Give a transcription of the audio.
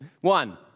One